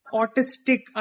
autistic